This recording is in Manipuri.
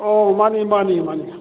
ꯑꯣ ꯃꯥꯅꯤ ꯃꯥꯅꯤ ꯃꯥꯅꯤ